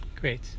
Great